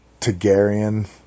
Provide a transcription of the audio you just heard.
Targaryen